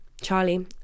Charlie